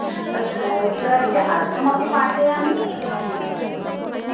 तत् स्तोत्रस्य अर्थमपि पाठयामि